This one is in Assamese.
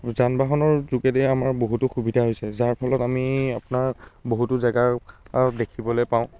যান বাহনৰ যোগেদি আমাৰ বহুতো সুবিধা হৈছে যাৰ ফলত আমি আপোনাৰ বহুতো জেগাৰ দেখিবলৈ পাওঁ